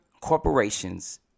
corporations